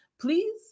please